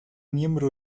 miembro